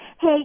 hey